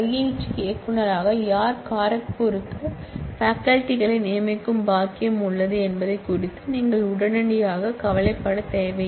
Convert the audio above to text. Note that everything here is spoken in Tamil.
டி இயக்குனராக யார் கரக்பூருக்கு பாகால்டிகளை நியமிக்கும் பாக்கியம் உள்ளது என்பது குறித்து நீங்கள் உடனடியாக கவலைப்படவில்லை